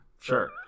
sure